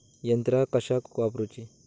यंत्रा कशाक वापुरूची?